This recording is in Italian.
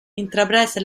intraprese